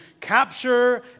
capture